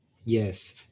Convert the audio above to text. Yes